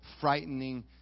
frightening